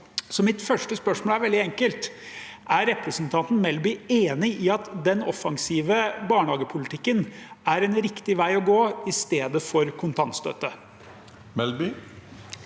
Mitt første spørsmål er veldig enkelt: Er representanten Melby enig i at den offensive barnehagepolitikken er en riktig vei å gå, i stedet for kontantstøtte? Guri